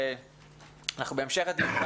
בהמשך הדיון,